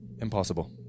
Impossible